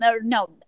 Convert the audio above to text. No